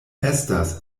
estas